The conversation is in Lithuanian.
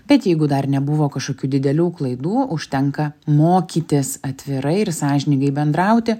bet jeigu dar nebuvo kažkokių didelių klaidų užtenka mokytis atvirai ir sąžiningai bendrauti